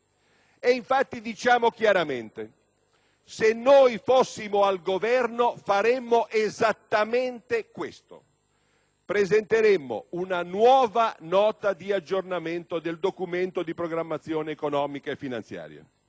Infatti, diciamo chiaramente che, se fossimo al Governo, faremmo esattamente questo: presenteremmo una nuova Nota di aggiornamento del Documento di programmazione economico-finanziaria,